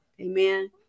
Amen